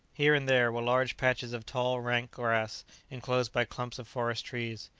here and there were large patches of tall, rank grass enclosed by clumps of forest trees.